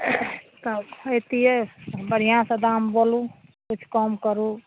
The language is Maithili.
तब एतियै तऽ बढ़िआँसँ दाम बोलू किछु कम करु